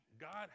God